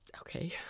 Okay